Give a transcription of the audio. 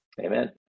Amen